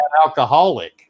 alcoholic